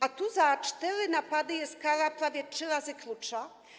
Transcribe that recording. A tu za cztery napady jest kara prawie trzy razy krótsza.